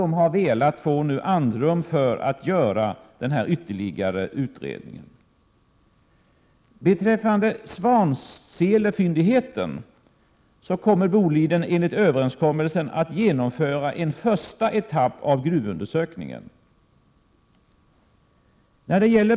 Företaget har velat få andrum för att göra en ytterligare utredning. Beträffande Svanselefyndigheten kommer Boliden enligt överenskommelsen att genomföra en första etapp av gruvundersökningen.